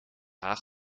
haag